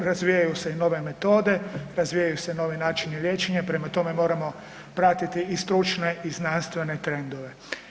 I razvijaju se i nove metode, razvijaju se novi načini liječenja prema tome moramo pratiti i stručne i znanstvene trendove.